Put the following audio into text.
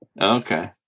Okay